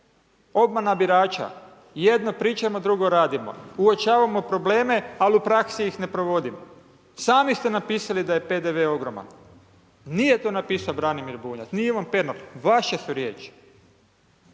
obmana birača, jedno pričamo, drugo radimo. Uočavamo probleme, ali u praksi ih ne provodimo. Sami ste napisali da je PDV ogroman. Nije to napisao Branimir Bunjac, ni Ivan Pernar, vaše su riječi.